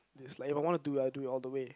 is like if I wanna do I do it all the way